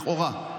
לכאורה,